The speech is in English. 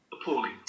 appalling